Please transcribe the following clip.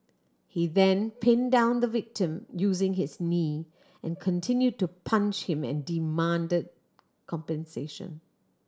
he then pin down the victim using his knee and continue to punch him and demand compensation